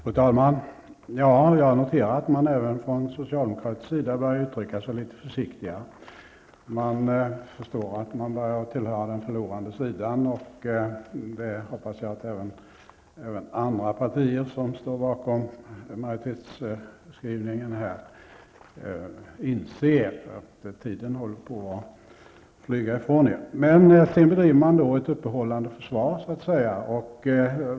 Fru talman! Jag noterar att man även från socialdemokratiskt håll börjat uttrycka sig litet försiktigare. Man förstår att man börjar tillhöra den förlorande sidan. Jag hoppas att även ni från andra partier som står bakom majoritetsskrivningen inser att tiden håller på att flyga ifrån er. Det bedrivs ett så att säga uppehållande försvar.